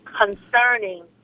concerning